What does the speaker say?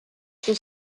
suo